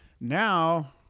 Now